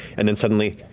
and then suddenly,